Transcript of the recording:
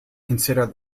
consider